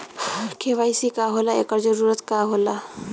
KYC का होला एकर जरूरत का होला?